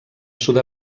sud